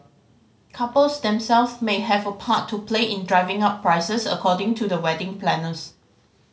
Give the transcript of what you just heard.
couples themselves may have a part to play in driving up prices according to the wedding planners